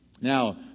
Now